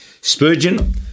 Spurgeon